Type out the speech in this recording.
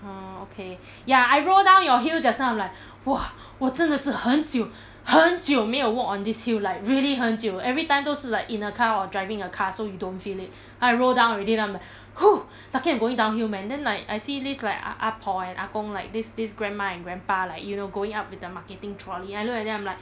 orh okay ya I roll down your hill just now I'm like !wah! 我真的是很久很久没有 walk on this hill like really 很久 every time 都是 like in a car or driving a car so you don't feel it I roll down already then I'm like !woo! lucky I'm going downhill man then like I see like ah ah por and ah gong like this grandma and grandpa like you know going up with the marketing trolley I look at them I'm like